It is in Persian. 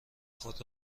خود